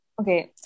okay